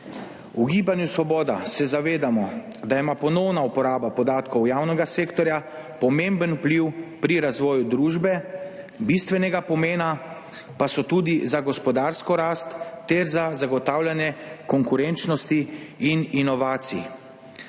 V Gibanju Svoboda se zavedamo, da ima ponovna uporaba podatkov javnega sektorja pomemben vpliv pri razvoju družbe, bistvenega pomena pa so tudi za gospodarsko rast ter za zagotavljanje konkurenčnosti in inovacij.